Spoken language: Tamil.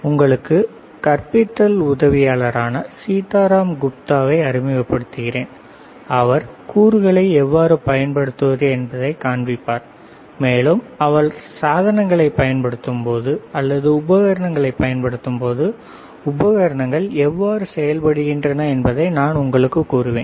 உங்களுக்கு கற்பித்தல் உதவியாளரான சீதாராம் குப்தாவை அறிமுகப்படுத்துகிறேன் அவர் கூறுகளை எவ்வாறு பயன்படுத்துவது என்பதைக் காண்பிப்பார் மேலும் அவர் சாதனங்களைப் பயன்படுத்தும்போது அல்லது உபகரணங்களைப் பயன்படுத்தும்போது உபகரணங்கள் எவ்வாறு செயல்படுகின்றன என்பதை நான் உங்களுக்குக் கூறுவேன்